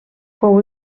fou